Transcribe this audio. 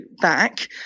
back